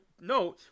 note